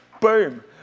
boom